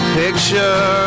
picture